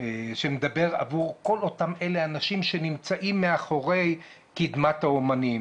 הקליפ שמדבר עבור כל אותם אנשים שנמצאים מאחורי קדמת האומנים.